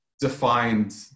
defined